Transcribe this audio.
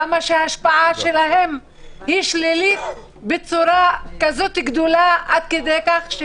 ההשפעה שלהם שלילית בצורה כזאת גדולה עד כדי כך,